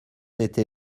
été